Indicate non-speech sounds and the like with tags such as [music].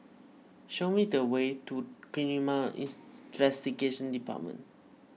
show me the way to [unintelligible] [unintelligible] Department